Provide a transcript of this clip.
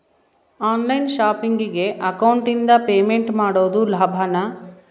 On line ಶಾಪಿಂಗಿಗೆ ಅಕೌಂಟಿಂದ payment ಮಾಡೋದು ಲಾಭಾನ?